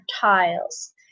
tiles